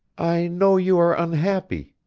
i know you are unhappy,